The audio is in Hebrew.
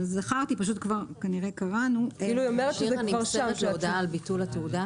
ברגע שהוא לא מאריך נמסרת לו הודעה על ביטול התעודה?